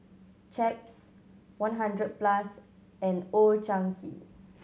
Chaps one Hundred Plus and Old Chang Kee